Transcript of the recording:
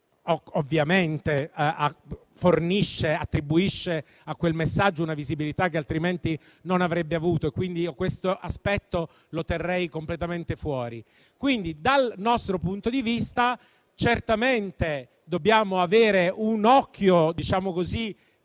ovviamente attribuisce a quel messaggio una visibilità che altrimenti non avrebbe avuto. Pertanto, questo aspetto lo terrei completamente al di fuori. Dal nostro punto di vista certamente dobbiamo avere un occhio